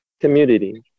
community